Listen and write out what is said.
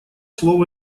слово